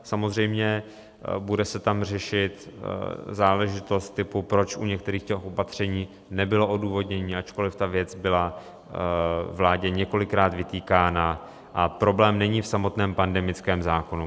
Samozřejmě, bude se tam řešit záležitost typu, proč u některých opatření nebylo odůvodnění, ačkoliv ta věc byla vládě několikrát vytýkána, a problém není v samotném pandemickém zákonu.